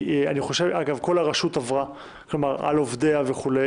אגב, כל הרשות עברה, כלומר, על עובדיה וכו'.